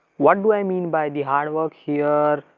what do i mean by the hard work here,